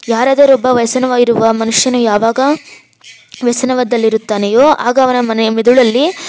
ಯಾರಾದರೊಬ್ಬ ವಯಸ್ಸಿನವ ಇರುವ ಮನುಷ್ಯನು ಯಾವಾಗ ವ್ಯಸನದಲ್ಲಿರುತ್ತಾನೆಯೋ ಆಗ ಅವನ ಮನೆಯ ಮೆದುಳಲ್ಲಿ